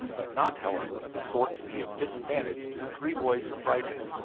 but not, however, of the sort to be of disadvantage to the three boys from brighton.